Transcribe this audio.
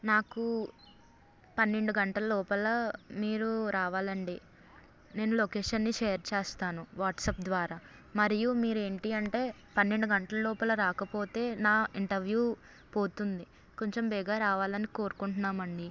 నాకు పన్నెండు గంటల లోపల మీరు రావాలండి నేను లొకేషన్ని షేర్ చేస్తాను వాట్సాప్ ద్వారా మరియు మీరు ఏంటి అంటే పన్నెండు గంటల లోపల రాకపోతే నా ఇంటర్వ్యూ పోతుంది కొంచెం బేగా రావాలి అని కోరుకుంటున్నామండి